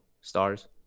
stars